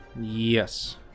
yes